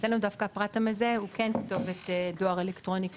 אצלנו דווקא הפרט הזה הוא כאן כתובת דואר אלקטרוני,